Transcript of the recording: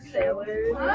sailors